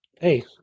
Hey